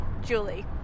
Julie